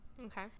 okay